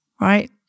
right